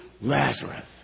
Lazarus